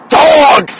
dog